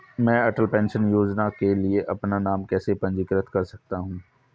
मैं अटल पेंशन योजना के लिए अपना नाम कैसे पंजीकृत कर सकता हूं?